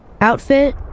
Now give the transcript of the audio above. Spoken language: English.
outfit